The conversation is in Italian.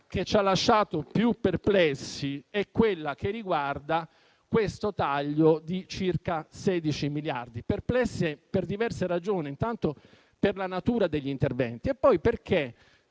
che ci ha lasciato più perplessi riguarda questo taglio di circa 16 miliardi. Dico perplessi per diverse ragioni: intanto, per la natura degli interventi e poi perché